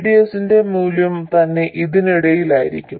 VDS ന്റെ മൂല്യം തന്നെ ഇതിനിടയിലായിരിക്കും